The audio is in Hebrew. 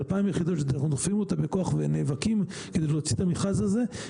2,000 יחידות שאנחנו דוחפים אותן בכוח ונאבקים כדי להוציא את המכרז הזה,